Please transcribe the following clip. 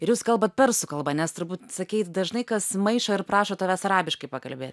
ir jūs kalbat persų kalba nes turbūt sakei dažnai kas maišo ir prašo tavęs arabiškai pakalbėt